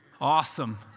Awesome